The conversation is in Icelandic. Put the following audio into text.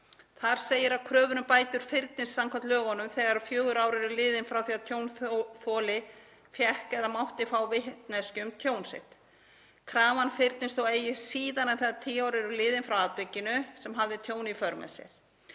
Þar segir að kröfur um bætur fyrnist samkvæmt lögunum þegar fjögur ár eru liðin frá því að tjónþoli fékk eða mátti fá vitneskju um tjón sitt. Krafan fyrnist þó eigi síðar en þegar tíu ár eru liðin frá atvikinu sem hafði tjón í för með sér.